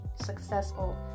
successful